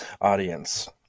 audience